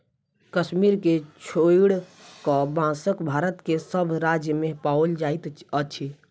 कश्मीर के छोइड़ क, बांस भारत के सभ राज्य मे पाओल जाइत अछि